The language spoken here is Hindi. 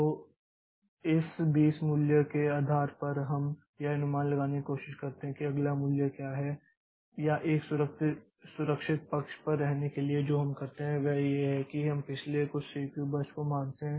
तो इस 20 मूल्य के आधार पर हम यह अनुमान लगाने की कोशिश करते हैं कि अगला मूल्य क्या है या एक सुरक्षित पक्ष पर रहने के लिए जो हम करते हैं वह यह है कि हम पिछले कुछ सीपीयू बर्स्ट को मानते हैं